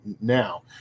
now